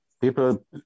People